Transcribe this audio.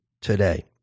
today